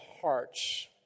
hearts